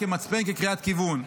כמצפן וכקריאת כיוון.